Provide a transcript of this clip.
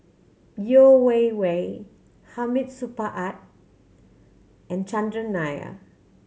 Yeo Wei Wei Hamid Supaat and Chandran Nair